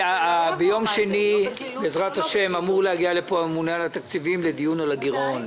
ביום שני בעז"ה אמור להגיע לפה הממונה על התקציבים לדיון על הגירעון.